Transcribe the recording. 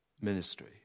ministry